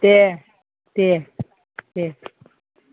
दे दे दे